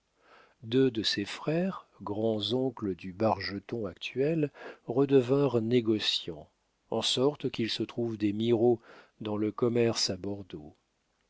deux de ses frères grands oncles du bargeton actuel redevinrent négociants en sorte qu'il se trouve des mirault dans le commerce à bordeaux